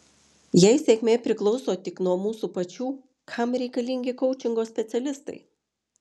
jei sėkmė priklauso tik nuo mūsų pačių kam reikalingi koučingo specialistai